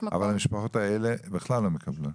אבל המשפחות האלה בכלל לא מקבלות.